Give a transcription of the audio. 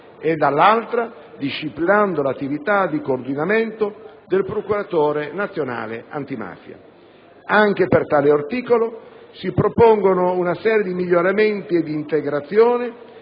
e dall'altra disciplinando l'attività di coordinamento del Procuratore nazionale antimafia. Anche per tale articolo, si propone una serie di miglioramenti ed integrazioni